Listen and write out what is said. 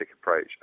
approach